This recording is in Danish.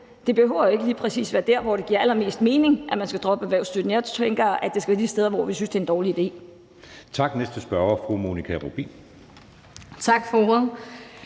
Det behøver jo ikke lige præcis være der, hvor det giver allermest mening, at man skal droppe erhvervsstøtten. Jeg tænker, at det skal være de steder, hvor vi synes, det er en dårlig idé. Kl. 13:06 Anden næstformand